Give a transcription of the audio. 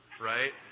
right